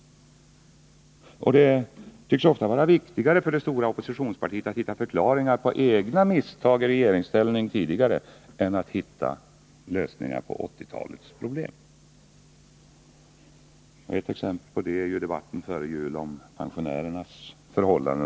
Det tycks vara viktigare för det stora oppositionspartiet att finna förklaringar till egna misstag när man själv var i regeringsställning än att finna lösningar på 1980-talets problem. Ett exempel på det, som jag inte nu skall gå in på, är debatten före jul om pensionärernas förhållanden.